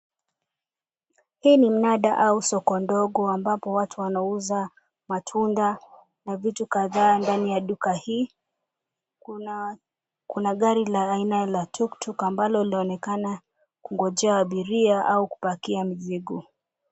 Hii ni mnada au soko dogo ambapo watu wanauza matunda na vitu kadhaa ndani ya duka hii. Kuna la gari aina la tuktuk ambalo linaonekana kungojea abiria au kupakia mizigo.